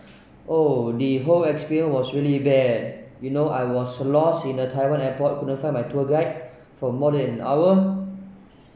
oh the whole experience was really bad you know I was lost in a taiwan airport couldn't find my tour guide for more than an hour